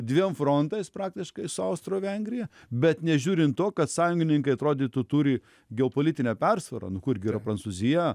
dviem frontais praktiškai su austro vengrija bet nežiūrint to kad sąjungininkai atrodytų turi geopolitinę persvarą nu kurgi yra prancūzija